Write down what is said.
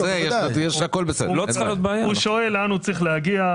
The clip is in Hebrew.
הוא שואל לאן הוא צריך להגיע.